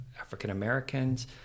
African-Americans